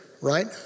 right